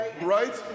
right